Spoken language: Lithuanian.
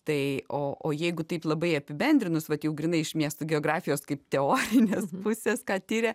tai o o jeigu taip labai apibendrinus vat jau grynai iš miestų geografijos kaip teorinės pusės ką tiria